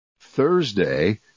Thursday